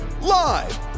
Live